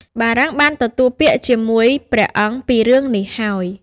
បារាំងបានទទួលពាក្យ ជាមួយ ព្រះអង្គពីរឿងនេះហើយ។